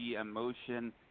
emotion